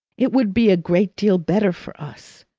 it would be a great deal better for us.